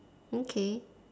okay